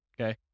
okay